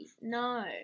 no